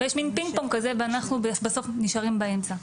ויש מין פינג פונג כזה ואנחנו בסוף נשארים באמצע.